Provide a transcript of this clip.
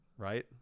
Right